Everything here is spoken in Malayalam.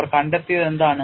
അവർ കണ്ടെത്തിയതെന്താണ്